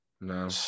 No